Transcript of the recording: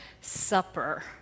supper